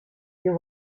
you